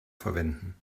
verwenden